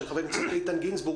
של חבר הכנסת איתן גינזבורג,